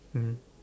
mmhmm